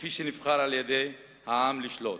כפי שנבחר על-ידי העם, לשלוט,